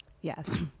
Yes